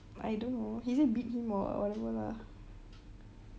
I don't know he just beat him or whatever lah